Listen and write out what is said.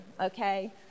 okay